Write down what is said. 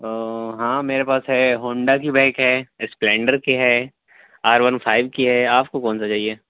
او ہاں میرے پاس ہے ہونڈا کی بائک ہے اسپلنڈر کی ہے آر ون فائیو کی ہے آپ کو کون سا چاہیے